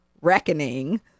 reckoning